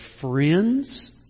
friends